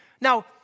Now